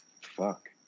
Fuck